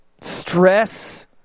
Stress